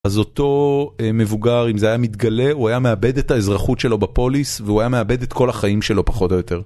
אז אותו מבוגר אם זה היה מתגלה הוא היה מאבד את האזרחות שלו בפוליס והוא היה מאבד את כל החיים שלו פחות או יותר.